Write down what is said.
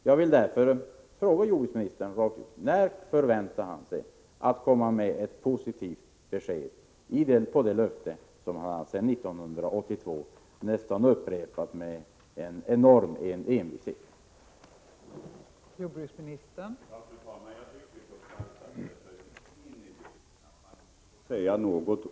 Jag vill därför fråga jordbruksministern rakt på sak: När tror jordbruksministern att han kan komma med ett positivt besked i enlighet med de löften som han sedan 1982 med en enorm envishet upprepat?